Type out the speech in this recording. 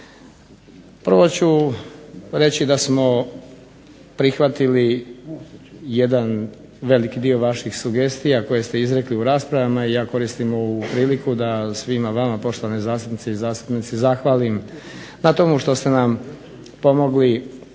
Prvo ću reći da smo prihvatili jedan veliki dio vaših sugestija koje ste izrekli u raspravama i ja koristim ovu priliku da svima vama poštovane zastupnice i zastupnici zahvalim na tomu što ste nam pomogli